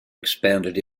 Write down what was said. expanded